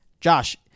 josh